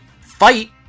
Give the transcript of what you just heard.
fight